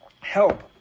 help